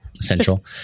Central